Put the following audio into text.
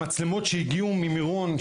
המצלמות שהגיעו ממירון,